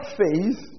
faith